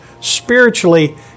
spiritually